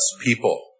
people